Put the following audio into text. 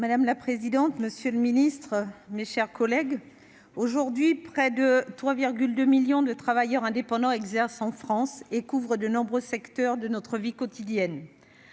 Madame la présidente, monsieur le ministre, mes chers collègues, près de 3,2 millions de travailleurs indépendants exercent actuellement en France, couvrant de nombreux secteurs de notre vie quotidienne